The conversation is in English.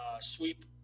sweep